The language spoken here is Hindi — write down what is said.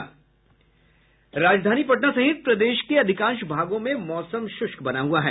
राजधानी पटना सहित प्रदेश के अधिकांश भागों में मौसम श्रष्क बना हुआ है